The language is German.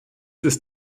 ist